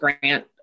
grant